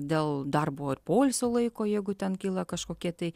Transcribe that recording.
dėl darbo ir poilsio laiko jeigu ten kyla kažkokie tai